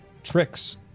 Tricks